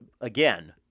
again